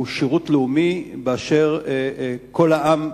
הוא שירות לאומי באשר כל העם,